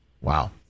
Wow